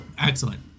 Excellent